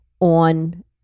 on